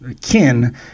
kin